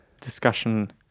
discussion